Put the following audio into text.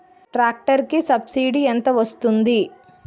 Tractor కి subsidy ఎంత వస్తుంది?